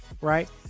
right